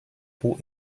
pour